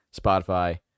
Spotify